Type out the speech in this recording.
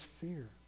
fear